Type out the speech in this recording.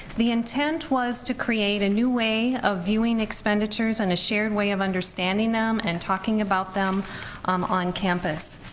the intent was to create a new way of viewing expenditures and a shared way of understanding them and talking about them um on campus.